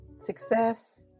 Success